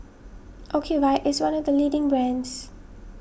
Ocuvite is one of the leading brands